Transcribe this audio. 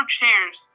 chairs